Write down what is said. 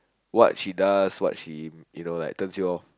what she does what she you know like turns you off